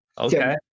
Okay